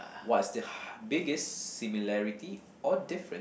what's the har~ biggest similarity or different